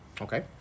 Okay